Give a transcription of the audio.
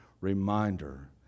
reminder